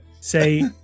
Say